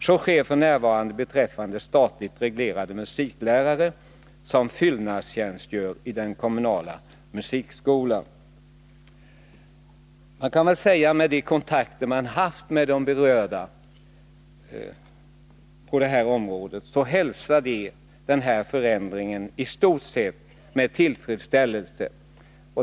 Så sker f.n. beträffande statligt reglerade musiklärare som fyllnadstjänstgör i den kommunala musikskolan. Enligt de kontakter som jag har haft med berörda på detta område, hälsar de i stort sett denna förändring med tillfredsställelse.